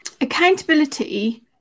Accountability